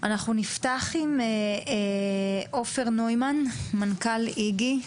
אנחנו נפתח עם עופר נוימן, מנכ"ל איג"י,